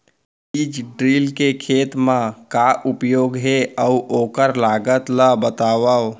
बीज ड्रिल के खेत मा का उपयोग हे, अऊ ओखर लागत ला बतावव?